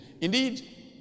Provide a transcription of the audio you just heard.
Indeed